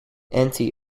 anti